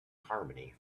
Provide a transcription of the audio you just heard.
harmony